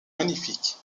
magnifiques